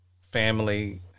family